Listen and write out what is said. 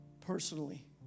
personally